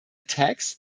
attacks